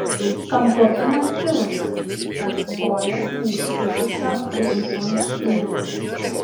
kampuotumas pilnas tad kojos neišsikiša už šuns kūno